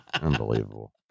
Unbelievable